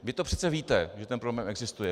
Vy to přece víte, že ten problém existuje.